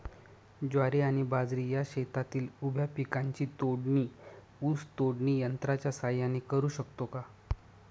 ज्वारी आणि बाजरी या शेतातील उभ्या पिकांची तोडणी ऊस तोडणी यंत्राच्या सहाय्याने करु शकतो का?